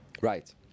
Right